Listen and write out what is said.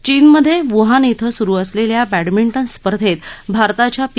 चीनमध्ये वुहान श्वें सुरू असलेल्या बॅडमिंटन स्पर्धेत भारताच्या पी